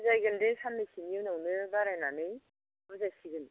बुजायगोन दे साननैसोनि उनावनो बारायनानै बुजायसिगोन